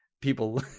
people